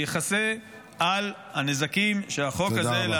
שיכסה על הנזקים שהחוק הזה גורם,